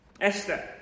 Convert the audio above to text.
Esther